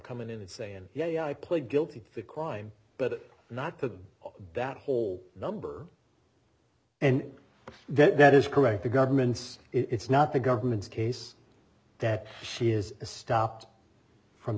coming in and saying yeah yeah i plead guilty to the crime but not to that whole number and then that is correct the government's it's not the government's case that she is a stopped from